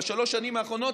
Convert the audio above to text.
בעיקר בשלוש השנים האחרונות,